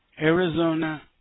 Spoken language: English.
Arizona